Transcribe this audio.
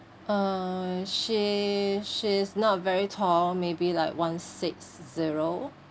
uh she she's not very tall maybe like one six zero